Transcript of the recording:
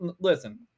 Listen